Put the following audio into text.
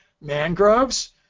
mangroves